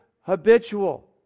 habitual